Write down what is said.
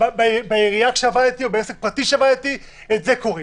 הם קוראים